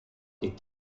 est